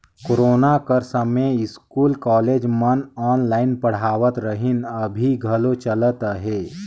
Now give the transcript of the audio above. corona कर समें school, college मन ऑनलाईन पढ़ावत रहिन, अभीं घलो चलत अहे